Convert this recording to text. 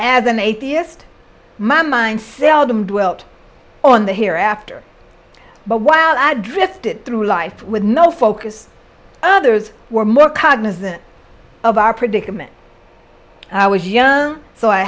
as an atheist my mind seldom dwelt on the hereafter but while i drifted through life with no focus others were more cognizant of our predicament i was young so i